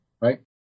right